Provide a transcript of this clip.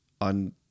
on